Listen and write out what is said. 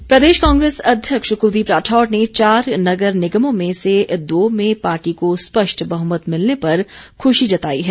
राठौर प्रदेश कांग्रेस अध्यक्ष कुलदीप राठौर ने चार नगर निगमों में से दो में पार्टी को स्पष्ट बहमत मिलने पर खुशी जताई है